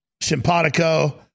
simpatico